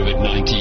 COVID-19